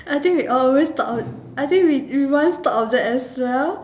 I think we always thought I think we we once thought of that as well